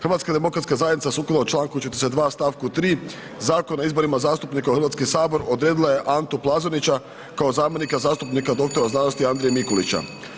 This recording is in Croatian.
Hrvatska demokratska zajednica sukladno članku 42. stavku 3., Zakona o izborima zastupnika u Hrvatski sabor odredila je Antu Plazonića kao zamjenika zastupnika doktora znanosti Andrije Mikulića.